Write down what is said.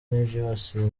n’ibyibasiye